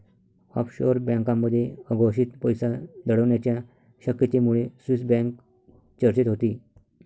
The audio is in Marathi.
ऑफशोअर बँकांमध्ये अघोषित पैसा दडवण्याच्या शक्यतेमुळे स्विस बँक चर्चेत होती